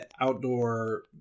outdoor